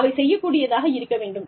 அவை செய்யக் கூடியதாக இருக்க வேண்டும்